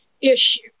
issue